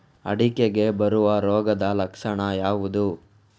ಅಡಿಕೆಗೆ ಬರುವ ರೋಗದ ಲಕ್ಷಣ ಯಾವುದು?